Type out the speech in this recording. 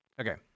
Okay